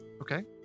Okay